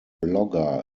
blogger